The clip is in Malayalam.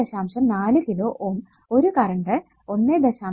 4 കിലോ Ω ഒരു കറണ്ട് 1